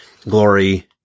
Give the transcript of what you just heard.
glory